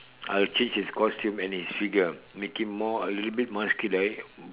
I'll change his costume and his figure make him more a little bit more muscular